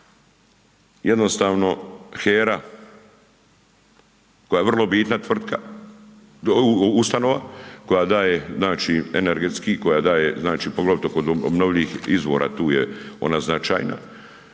jednostavno HERA koja je vrlo bitna tvrtka, ustanova koja daje znači energetski koja daje znači poglavito kod obnovljivih izvora tu je ona značajna.